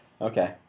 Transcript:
okay